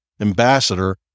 ambassador